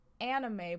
anime